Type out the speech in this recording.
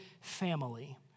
family